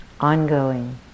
ongoing